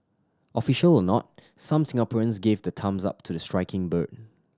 official or not some Singaporeans gave the thumbs up to the striking bird